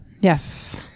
Yes